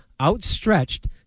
outstretched